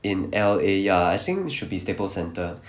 in L_A ya I think it should be staple centre